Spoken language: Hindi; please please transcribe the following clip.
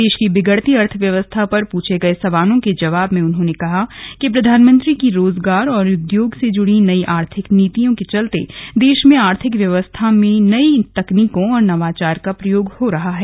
देश की बिगडती अर्थव्यवस्था पर पूछे गए सवालों के जवाब में उन्होंने कहा कि प्रधानमंत्री की रोजगार और उद्योग से जुड़ी नई आर्थिक नीतियों के चलते देश में आर्थिक व्यवस्था में नई तकनीकों और नवाचार का प्रयोग हो रहा है